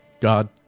God